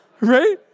Right